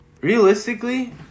realistically